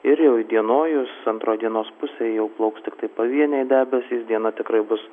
ir jau įdienojus antroj dienos pusėj jau plauks tiktai pavieniai debesys diena tikrai bus